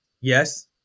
Yes